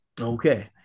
okay